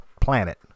planet